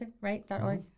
right